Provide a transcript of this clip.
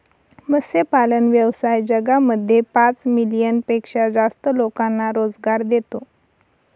मत्स्यपालन व्यवसाय जगामध्ये पाच मिलियन पेक्षा जास्त लोकांना रोजगार देतो